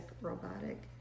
robotic